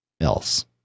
else